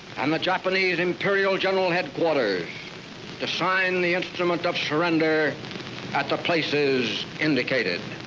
and the japanese imperial general headquarters to sign the instrument of surrender at the places indicated.